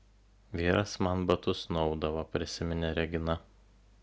vyras man batus nuaudavo prisiminė regina